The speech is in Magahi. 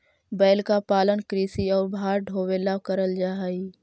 बैल का पालन कृषि और भार ढोवे ला करल जा ही